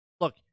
look